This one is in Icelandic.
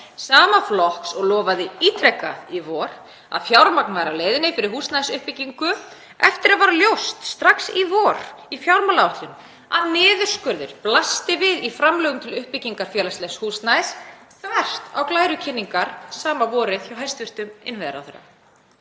Sama flokks og lofaði ítrekaði í vor að fjármagn væri á leiðinni fyrir húsnæðisuppbyggingu eftir að ljóst var strax í vor í fjármálaáætlun að niðurskurður blasti við í framlögum til uppbyggingar félagslegs húsnæðis, þvert á glærukynningar sama vorið hjá hæstv. innviðaráðherra.